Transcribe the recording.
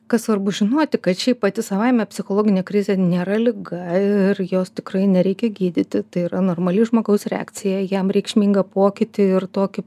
kas svarbu žinoti kad šiaip pati savaime psichologinė krizė nėra liga ir jos tikrai nereikia gydyti tai yra normali žmogaus reakcija į jam reikšmingą pokytį ir tokį